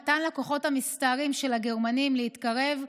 נתן לכוחות המסתערים של הגרמנים להתקרב,